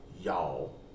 y'all